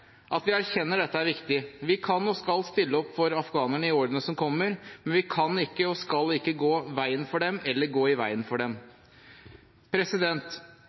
At vi erkjenner dette, er viktig. Vi kan, og skal, stille opp for afghanerne i årene som kommer, men vi kan ikke, og skal ikke, gå veien for dem eller gå i veien for dem.